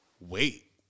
wait